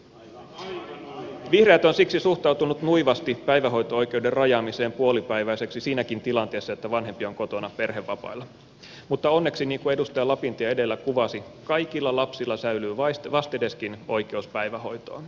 vihreät on siksi suhtautunut nuivasti päivähoito oikeuden rajaamiseen puolipäiväiseksi siinäkin tilanteessa että vanhempi on kotona perhevapailla mutta onneksi niin kuin edustaja lapintie edellä kuvasi kaikilla lapsilla säilyy vastedeskin oikeus päivähoitoon